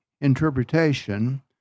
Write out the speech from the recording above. interpretation